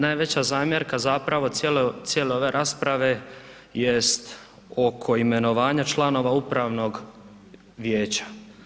Najveća zamjerka zapravo cijele ove rasprave jest oko imenovanja članova upravnog vijeća.